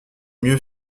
mieux